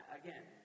again